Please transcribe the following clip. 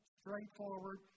straightforward